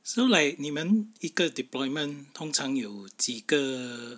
so like 你们一个 deployment 通常有几个